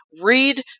Read